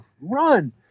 run